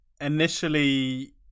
Initially